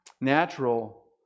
natural